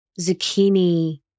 zucchini